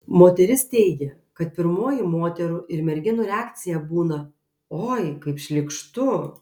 moteris teigia kad pirmoji moterų ir merginų reakcija būna oi kaip šlykštu